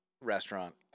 restaurant